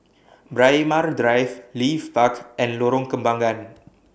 Braemar Drive Leith Park and Lorong Kembagan